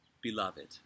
Beloved